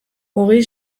hogei